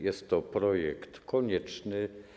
Jest to projekt konieczny.